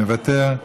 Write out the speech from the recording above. מוותר,